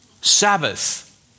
Sabbath